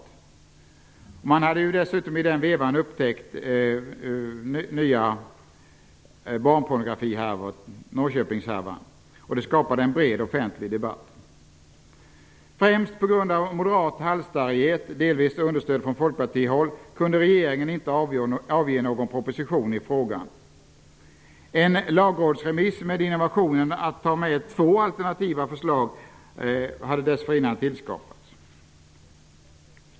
I den vevan hade man dessutom upptäckt en ny barnpornografihärva, nämligen Norrköpingshärvan, vilket skapade en bred offentlig debatt. Främst på grund av moderat halsstarrighet, delvis understödd från folkpartihåll, kunde regeringen inte avge någon proposition i frågan. En lagrådsremiss med innovationen att ta med två alternativa förslag hade dessförinnan tillskapats.